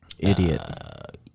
Idiot